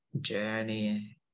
journey